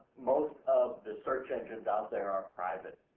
most of the search engines out there are private,